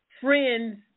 friends